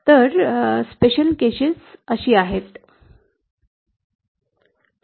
तर विशेष प्रकरणे अशीः 1